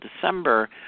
December